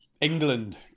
England